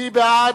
מי בעד?